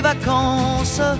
vacances